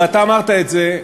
ואתה אמרת את זה,